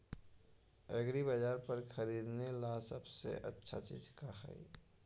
एग्रीबाजार पर खरीदने ला सबसे अच्छा चीज का हई?